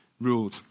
ruled